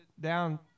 down